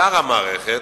שאר המערכת,